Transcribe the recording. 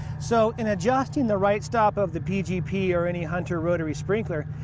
so in adjusting the right stop of the pgp or any hunter rotary sprinkler,